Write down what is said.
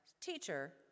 Teacher